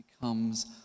becomes